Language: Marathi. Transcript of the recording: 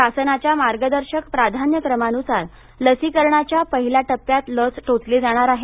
शासनाच्या मार्गदर्शक प्राधान्यक्रमानुसार लसीकरणाच्या पहिल्या टप्प्यात लस टोचली जाणार आहे